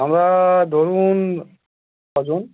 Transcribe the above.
আমরা ধরুন ছ জন